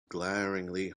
glaringly